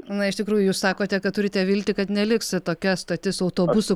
na iš tikrųjų jūs sakote kad turite viltį kad neliks tokia stotis autobusų